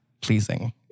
pleasing